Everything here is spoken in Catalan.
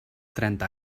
trenta